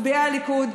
מצביעי הליכוד,